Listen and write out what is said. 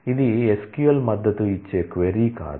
ఇది SQL మద్దతు ఇచ్చే క్వరీ కాదు